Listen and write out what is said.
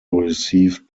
received